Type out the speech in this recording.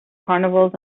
carnivals